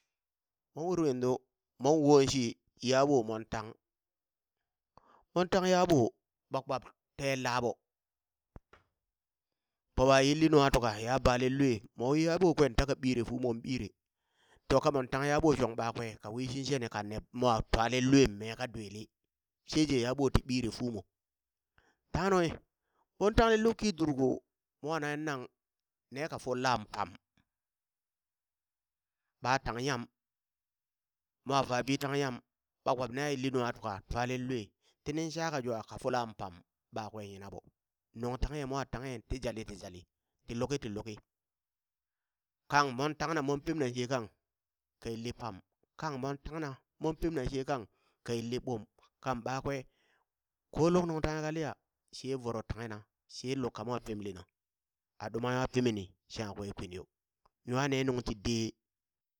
Moŋ uri yanzu moŋ wooŋ shi yaaɓo moŋ tang, mon tang yaaɓo ɓa kpap tee laaɓo pabɓa yilli nuŋka tuka ya balen loe, moŋwi yaaɓo kwe taka ɓiire fumoŋ ɓiire to kamon tang yaaɓo shong ɓakwe ka wishidshe ni kanni mo twalen lue mee ka dwili sheje yaaɓo ti ɓiire fumo, tanghe nunghi mon tengle lukki durko mwa nanghe nang ne ka folla pam, ɓa tang nyam mwa faabi tanghe nyam ɓa kpab ne a yilli nungha tuka a twalen lue, tining shaka jwa ka folan pam, ɓakwe yinaɓo, nung tanghe mo tanghe ti jali ti jali ti luki ti luki kang mon tangna mon pem na she kang, ka yilli pam, kang mon tangna mon pemna she kang ka yilli ɓum, kan ɓakwe ko luk nuŋ tanghe kaliya she voro tanghe na she lukka mo pemlena a duma nwa pemeni shangha kwe kwin yo, nwa ne nungti dee.